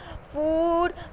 food